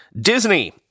Disney